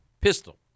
Pistol